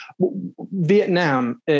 Vietnam